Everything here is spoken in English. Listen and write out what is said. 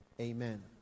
Amen